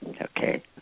Okay